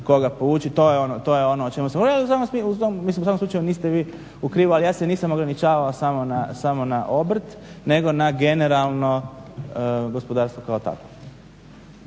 koga povući. To je ono o čemu sam … mislim u svakom slučaju niste vi u krivu, ali ja se nisam ograničavao samo na obrt nego na generalno gospodarstvo kao takvo.